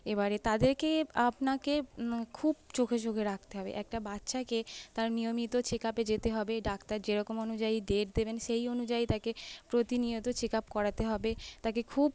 এবারে তাদেরকে আপনাকে খুব চোখে চোখে রাখতে হবে একটা বাচ্চাকে তার নিয়মিত চেক আপে যেতে হবে ডাক্তার যেরকম অনুযায়ী ডেট দেবেন সেই অনুযায়ী তাকে প্রতিনিয়ত চেক আপ করাতে হবে তাকে খুব